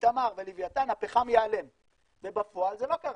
מתמר ולווייתן הפחם ייעלם ובפועל זה לא קרה.